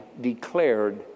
declared